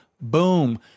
Boom